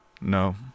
No